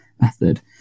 method